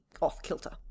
off-kilter